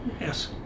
yes